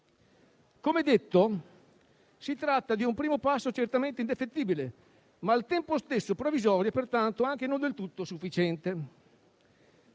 Come già detto, si tratta di un primo passo certamente indefettibile, ma al tempo stesso provvisorio e pertanto anche non del tutto sufficiente.